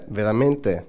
veramente